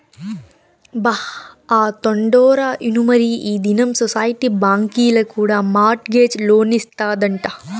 బా, ఆ తండోరా ఇనుమరీ ఈ దినం సొసైటీ బాంకీల కూడా మార్ట్ గేజ్ లోన్లిస్తాదంట